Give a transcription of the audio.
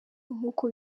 nk’uko